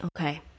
Okay